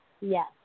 Yes